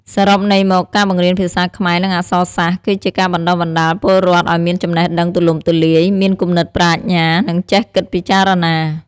សរុបន័យមក ការបង្រៀនភាសាខ្មែរ និងអក្សរសាស្ត្រ គឺជាការបណ្ដុះបណ្ដាលពលរដ្ឋឱ្យមានចំណេះដឹងទូលំទូលាយ មានគំនិតប្រាជ្ញា និងចេះគិតពិចារណា។